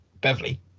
Beverly